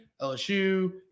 LSU